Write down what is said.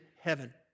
heaven